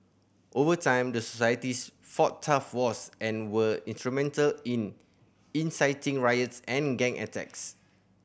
over time the societies fought turf wars and were instrumental in inciting riots and gang attacks